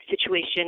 situation